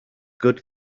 good